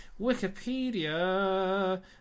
Wikipedia